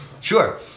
Sure